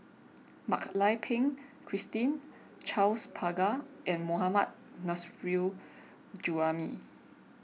Mak Lai Peng Christine Charles Paglar and Mohammad Nurrasyid Juraimi